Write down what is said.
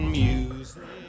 music